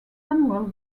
annual